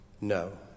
No